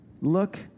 Look